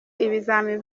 ibizami